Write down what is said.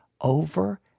over